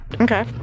okay